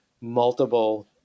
multiple